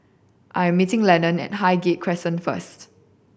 I am meeting Lennon at Highgate Crescent first